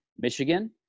Michigan